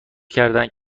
کردهاند